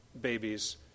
babies